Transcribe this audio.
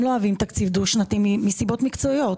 הם לא אוהבים תקציב דו שנתי מסיבות מקצועיות,